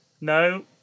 No